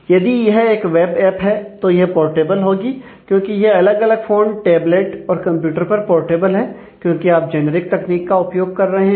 यदि यह एक वेब ऐप है तो यह पोर्टेबल होगी क्योंकि यह अलग अलग फोन टेबलेट और कंप्यूटर पर पोर्टेबल है क्योंकि आप जेनेरिक तकनीक का उपयोग कर रहे हैं